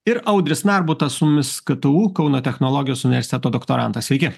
ir audris narbutas su mumis ktu kauno technologijos universiteto doktorantas sveiki